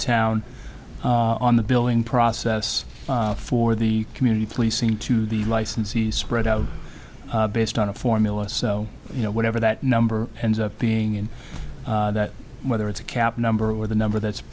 town on the billing process for the community policing to the licensee spread out based on a formula so you know whatever that number ends up being in that whether it's a cap number or the number that's